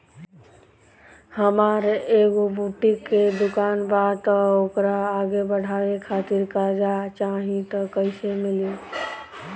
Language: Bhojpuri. हमार एगो बुटीक के दुकानबा त ओकरा आगे बढ़वे खातिर कर्जा चाहि त कइसे मिली?